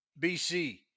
BC